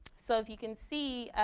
so if you can see